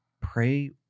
pray